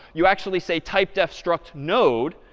you actually say typedef struct node.